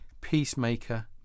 Peacemaker